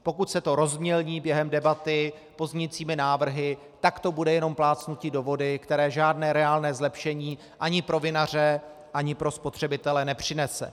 Pokud se to rozmělní během debaty pozměňovacími návrhy, tak to bude jenom plácnutí do vody, které žádné reálné zlepšení ani pro vinaře ani pro spotřebitele nepřinese.